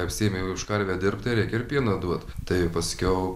apsiėmei už karvę dirbt tai reikia ir pieno duot tai paskiau